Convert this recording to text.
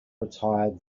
retired